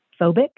phobic